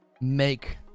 make